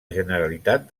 generalitat